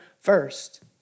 first